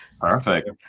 perfect